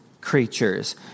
creatures